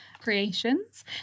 creations